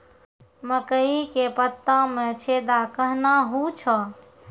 मकई के पत्ता मे छेदा कहना हु छ?